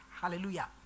Hallelujah